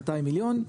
200 מיליון,